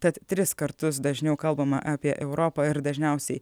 tad tris kartus dažniau kalbama apie europą ir dažniausiai